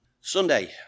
Sunday